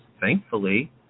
thankfully